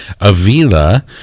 Avila